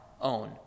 own